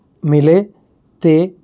ਮਿਲੇ ਅਤੇ